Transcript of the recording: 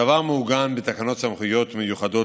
הדבר מעוגן בתקנות סמכויות מיוחדות